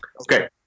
Okay